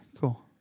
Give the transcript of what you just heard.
Cool